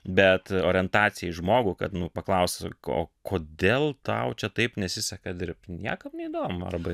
bet orientacija į žmogų kad nu paklausk o kodėl tau čia taip nesiseka dirbt niekam neįdomu arba